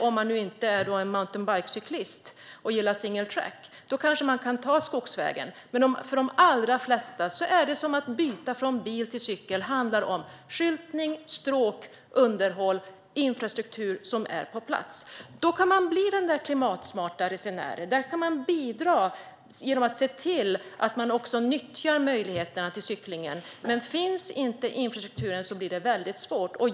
Om man är mountainbikecyklist och gillar single track kan man kanske ta skogsvägen, men för de flesta andra handlar detta med att byta från bil till cykel om att skyltning, stråk, underhåll och infrastruktur ska finnas på plats. Då kan man bli en klimatsmart resenär. Då kan man bidra genom att också nyttja möjligheterna till cykling, men om infrastrukturen inte finns blir det väldigt svårt.